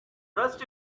trust